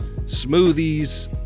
smoothies